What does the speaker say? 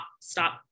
stop